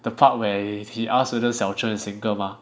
the part where he ask whether Xiao Zhen is single mah